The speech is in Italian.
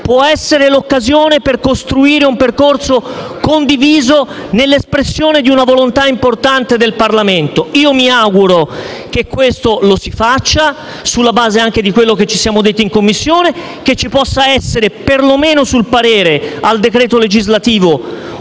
essere l'occasione per costruire un percorso condiviso, nell'espressione di una volontà importante del Parlamento. Mi auguro che ciò venga fatto anche sulla base di quello che ci siamo detti in Commissione e che, per lo meno sul parere al decreto legislativo,